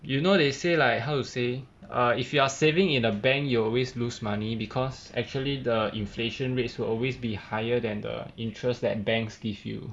you know they say like how to say err if you are saving in a bank you always lose money because actually the inflation rates will always be higher than the interest that banks give you